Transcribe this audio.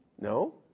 no